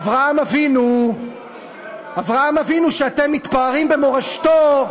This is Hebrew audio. אברהם אבינו, שאתם מתפארים במורשתו,